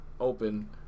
open